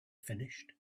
finished